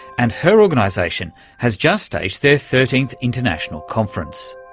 and her organisation has just staged their thirteenth international conference.